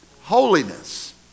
holiness